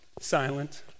silent